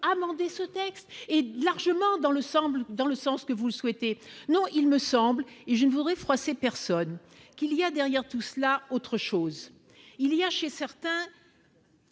amender ce texte et de largement dans le sang bleu dans le sens que vous souhaitez non il me semble, et je ne voudrais froisser personne qu'il y a derrière tout cela, autre chose, il y a chez certains.